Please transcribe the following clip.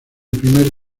primer